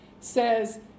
says